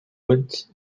ulls